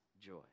joy